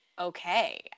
okay